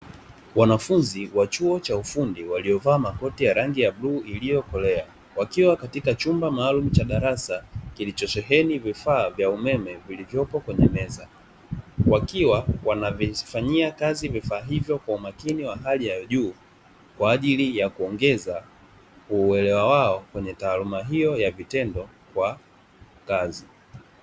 Wanafunzi wa chuo cha ufundi waliovaa makoti ya rangi ya bluu iliyokolea wakiwa katika chumba maalumu cha darasa kilichosheheni vifaa vya umeme vilivyopo kwenye meza, wakiwa wanavifanya kazi vifaa hivyo kwa umakini wa hali ya juu kwa ajili ya kuongeza uelewa wao kwenye taaluma hiyo ya vitendo kwa kazi.